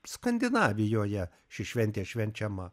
skandinavijoje ši šventė švenčiama